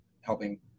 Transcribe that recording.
helping